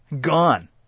gone